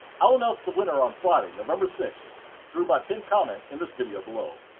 i'll announce the winner on friday, november sixth through my pinned comment in this video below.